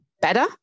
better